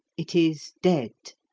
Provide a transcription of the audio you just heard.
it is dead.